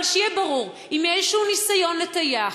אבל שיהיה ברור: אם יהיה איזשהו ניסיון לטייח,